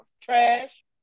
trash